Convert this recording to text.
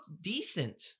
decent